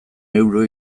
euro